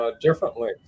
differently